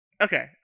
okay